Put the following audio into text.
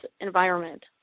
environment